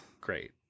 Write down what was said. Great